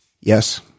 yes